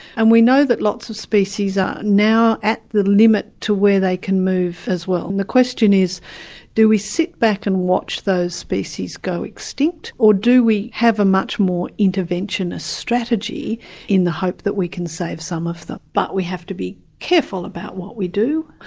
and we know that lots of species are now at the limit to where they can move as well. and the question is do we sit back and watch those species go extinct or do we have a much more interventionist strategy in the hope that we can save some of them. but we have to be careful about what we do.